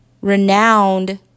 renowned